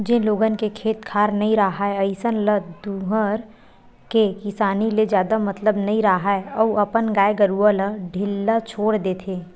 जेन लोगन के खेत खार नइ राहय अइसन ल दूसर के किसानी ले जादा मतलब नइ राहय अउ अपन गाय गरूवा ल ढ़िल्ला छोर देथे